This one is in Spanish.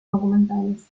documentales